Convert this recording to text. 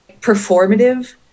performative